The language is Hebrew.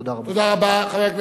תודה רבה.